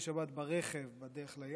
שנבנה לפני 130 שנה,